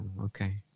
okay